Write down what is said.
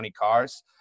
cars